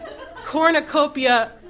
cornucopia